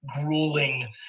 grueling